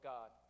God